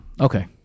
Okay